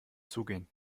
zugehen